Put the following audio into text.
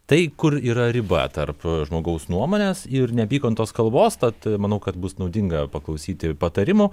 tai kur yra riba tarp žmogaus nuomonės ir neapykantos kalbos tad manau kad bus naudinga paklausyti ir patarimų